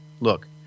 look